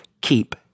Keep